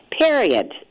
Period